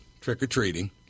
trick-or-treating